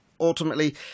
ultimately